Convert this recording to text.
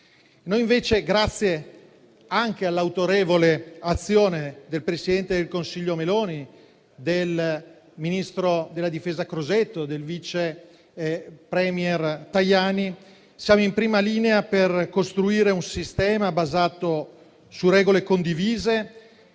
Noi invece, grazie anche all'autorevole azione del presidente del Consiglio Meloni, del ministro della difesa Crosetto e del vice *premier* Tajani, siamo in prima linea per costruire un sistema basato su regole condivise,